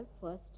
first